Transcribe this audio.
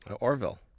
Orville